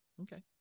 Okay